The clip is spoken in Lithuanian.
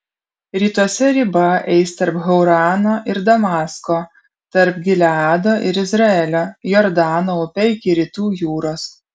rytuose riba eis tarp haurano ir damasko tarp gileado ir izraelio jordano upe iki rytų jūros